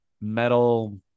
metal